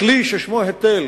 הכלי ששמו היטל